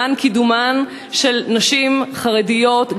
למען קידומן של נשים חרדיות,